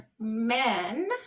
men